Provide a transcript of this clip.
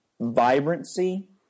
vibrancy